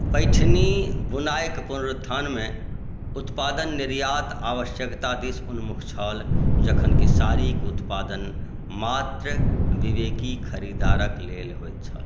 पैठनी बुनाइके पुनरुत्थानमे उत्पादन निर्यात आवश्यकता दिस उन्मुख छल जखन कि साड़ीके उत्पादन मात्र विवेकी खरीदारक लेल होइत छल